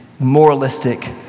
moralistic